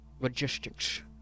logistics